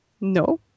No